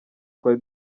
twari